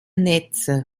netze